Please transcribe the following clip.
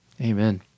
amen